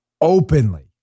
Openly